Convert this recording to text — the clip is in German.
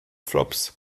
flops